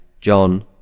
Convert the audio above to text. John